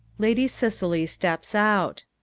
lady cicely steps out.